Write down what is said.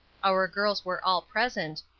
our girls were all present,